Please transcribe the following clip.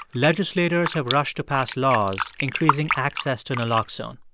legislators have rushed to pass laws increasing access to naloxone.